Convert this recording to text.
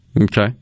Okay